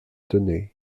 tenay